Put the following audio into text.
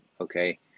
okay